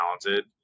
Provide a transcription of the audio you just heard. talented